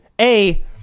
A-